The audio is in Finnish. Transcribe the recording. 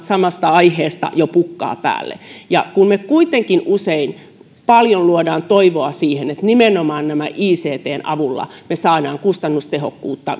samasta aiheesta jo pukkaa päälle kun me kuitenkin usein paljon luomme toivoa siihen että nimenomaan ictn avulla me saamme kustannustehokkuutta